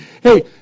hey